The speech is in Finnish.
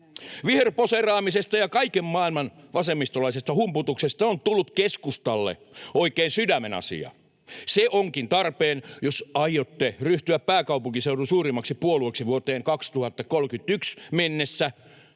Viherposeeraamisesta ja kaiken maailman vasemmistolaisesta humputuksesta on tullut keskustalle oikein sydämenasia. Se onkin tarpeen, jos aiotte ryhtyä pääkaupunkiseudun suurimmaksi puolueeksi vuoteen 2031 mennessä,